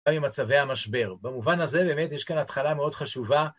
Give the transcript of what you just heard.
גם עם מצבי המשבר, במובן הזה באמת יש כאן התחלה מאוד חשובה.